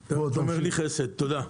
תודה.